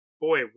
Boy